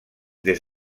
des